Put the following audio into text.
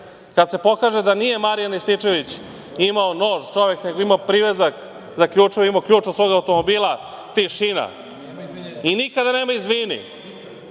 Kad se pokaže da nije Marijan Rističević imao nož, nego imao privezak za ključeve, imao ključ od svog automobila, tišina. I nikada nema izvini.